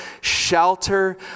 shelter